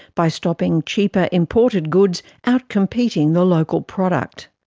by stopping cheaper imported goods outcompeting the local product.